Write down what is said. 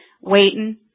waiting